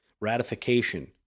Ratification